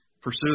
Pursue